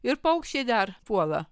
ir paukščiai dar puola